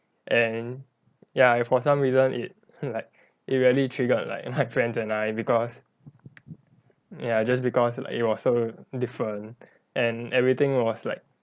and ya and for some reason it like it really triggered like my friends and I because ya just because like it was so different and everything was like